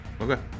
Okay